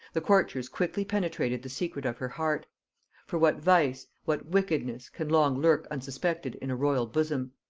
the courtiers quickly penetrated the secret of her heart for what vice, what weakness, can long lurk unsuspected in a royal bosom?